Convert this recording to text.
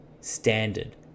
standard